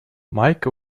mike